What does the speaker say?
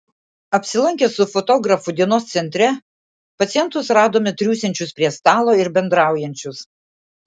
apsilankę su fotografu dienos centre pacientus radome triūsiančius prie stalo ir bendraujančius